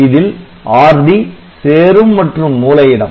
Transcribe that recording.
இதில் Rd சேரும் மற்றும் மூல இடம்